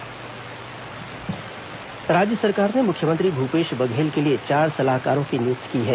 मुख्यमंत्री सलाहकार राज्य सरकार ने मुख्यमंत्री भूपेश बघेल के लिए चार सलाहकारों की नियुक्ति की है